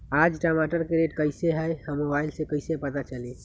आज टमाटर के रेट कईसे हैं मोबाईल से कईसे पता चली?